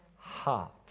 heart